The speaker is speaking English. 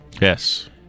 Yes